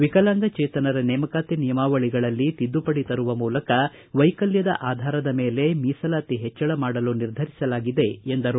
ವಿಕಲಾಂಗ ಚೇತನರ ನೇಮಕಾತಿ ನಿಯಮಾವಳಿಗಳಲ್ಲಿ ತಿದ್ದುಪಡಿ ತರುವ ಮೂಲಕ ವೈಕಲ್ಲದ ಆಧಾರದ ಮೇಲೆ ಮೀಸಲಾತಿ ಹೆಚ್ಚಳ ಮಾಡಲು ನಿರ್ಧರಿಸಲಾಗಿದೆ ಎಂದರು